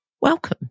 Welcome